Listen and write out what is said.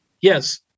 Yes